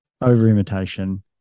over-imitation